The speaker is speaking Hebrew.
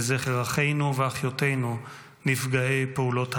לזכר אחינו ואחיותינו נפגעי פעולות האיבה.